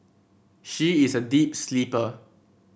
she is a deep sleeper